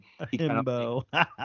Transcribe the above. himbo